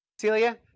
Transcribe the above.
Celia